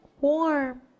warm